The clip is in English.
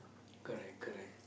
correct correct